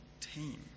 team